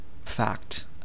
fact